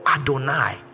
adonai